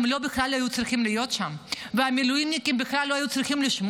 הם בכלל לא היו צריכים להיות שם,